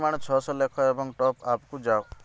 ପରିମାଣ ଛଅଶହ ଲେଖ ଏବଂ ଟପ୍ ଆପ୍କୁ ଯାଅ